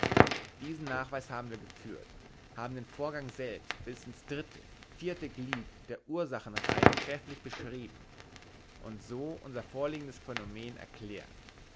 diesen nachweis haben wir geführt haben den vorgang selbst bis ins dritte vierte glied der ursachenreihen trefflich beschrieben und so unser vorliegendes phänomen erklärt